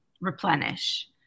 replenish